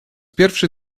pierwszy